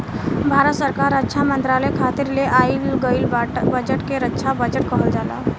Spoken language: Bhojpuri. भारत सरकार रक्षा मंत्रालय खातिर ले आइल गईल बजट के रक्षा बजट कहल जाला